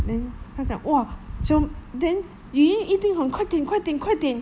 then 他讲 !wah! 小 then yu yan 一定喊快点快点快点